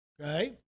okay